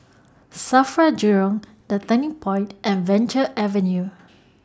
SAFRA Jurong The Turning Point and Venture Avenue